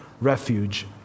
refuge